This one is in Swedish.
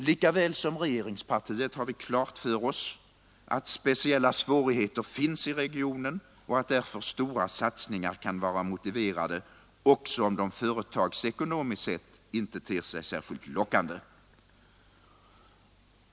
Lika väl som regeringspartiet har vi klart för oss att speciella svårigheter finns i regionen och att därför stora satsningar kan vara motiverade, också om de företagsekonomiskt sett inte ter sig särskilt lockande.